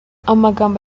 amagambo